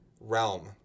realm